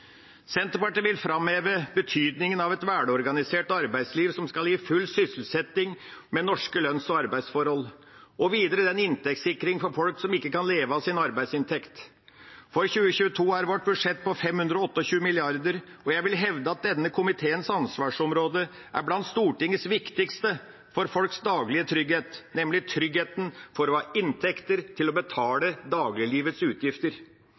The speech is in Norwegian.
Senterpartiet vil framheve betydningen av et velorganisert arbeidsliv som skal gi full sysselsetting med norske lønns- og arbeidsforhold, og videre den inntektssikringen for folk som ikke kan leve av sin arbeidsinntekt. For 2022 er vårt budsjett på 528 mrd. kr, og jeg vil hevde at denne komiteens ansvarsområde er blant Stortingets viktigste for folks daglige trygghet – tryggheten for å ha inntekter til å betale dagliglivets utgifter.